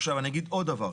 עכשיו אני אגיד עוד דבר.